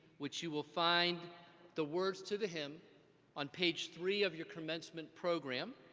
which you will find the words to the hymn on page three of your commencement program,